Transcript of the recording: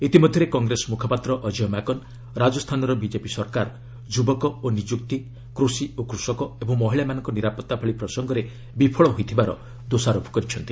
ଇତିମଧ୍ୟରେ କଂଗ୍ରେସ ମୁଖପାତ୍ର ଅଜୟ ମାକନ୍ ରାଜସ୍ଥାନର ବିଜେପି ସରକାର ଯୁବକ ଓ ନିଯୁକ୍ତି କୃଷି ଓ କୃଷକ ଏବଂ ମହିଳାମାନଙ୍କ ନିରାପତ୍ତା ଭଳି ପ୍ରସଙ୍ଗରେ ବିଫଳ ହୋଇଥିବାର ଦୋଷାରୋପ କରିଛନ୍ତି